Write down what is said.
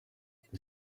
the